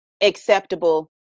acceptable